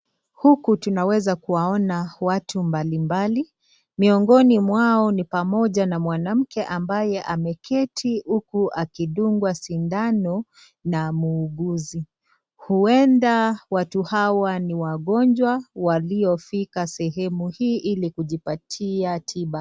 Huku tunaweza kuwaona watu mbalimbali, miongoni mwao ni pamoja na mwanamke ambaye ameketi uku akidungwa sindano na muuguzi. Ueda watu hawa ni wagonjwa waliofika sehemu hii ili kujipatia tiba.